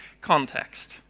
context